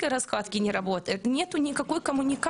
אין כל ממשק.